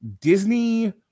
disney